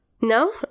No